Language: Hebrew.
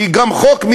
כי גם בחוק,